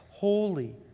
holy